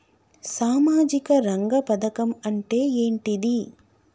సామాజిక రంగ పథకం అంటే ఏంటిది?